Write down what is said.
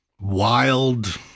wild